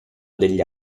degli